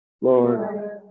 Lord